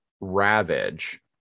Ravage